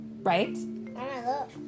right